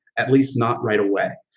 at least not right away,